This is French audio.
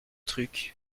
trucs